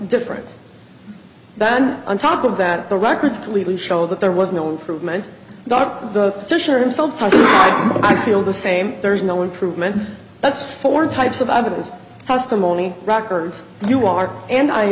different than on top of that the records completely show that there was no improvement dr fisher himself i feel the same there's no improvement that's four types of evidence testimony records you are and i